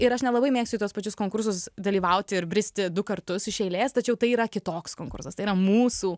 ir aš nelabai mėgstu į tuos pačius konkursus dalyvauti ir bristi du kartus iš eilės tačiau tai yra kitoks konkursas tai yra mūsų